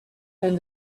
and